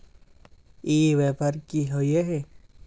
ई व्यापार की होय है?